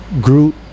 Groot